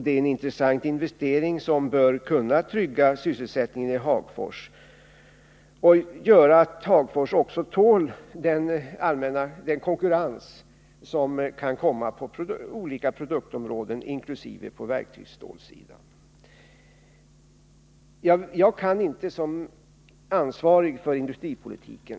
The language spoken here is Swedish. Det är en intressant investering, som bör kunna trygga sysselsättningen i Hagfors och göra att Hagfors också tål den konkurrens som kan komma på olika produktområden, inkl. verktygsstålssidan. Jag kan självfallet inte som ansvarig för industripolitiken